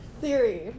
Theory